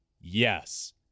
yes